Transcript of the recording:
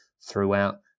throughout